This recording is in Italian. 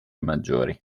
maggiori